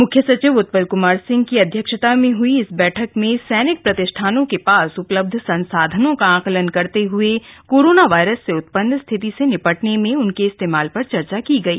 मुख्य सचिव उत्पल कुमार सिंह की अध्यक्षता में हई इस बैठक में सैनिक प्रतिष्ठानों के पास उपलब्ध संसाधनों का आकलन करते हए कोरोना वायरस से उत्पन्न स्थिति से निपटने में उनके इस्तेमाल पर चर्चा की गई